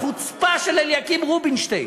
החוצפה של אליקים רובינשטיין,